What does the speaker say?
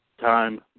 time